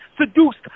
seduced